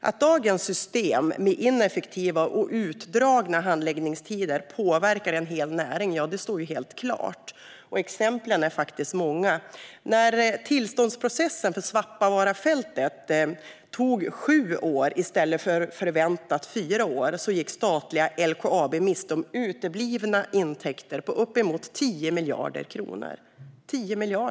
Att dagens system med ineffektiva och utdragna handläggningstider påverkar en hel näring står klart. Exemplen är många. När tillståndsprocessen för Svappavaarafältet tog sju år i stället för förväntade fyra år gick statliga LKAB miste om intäkter på uppemot 10 miljarder kronor.